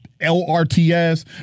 L-R-T-S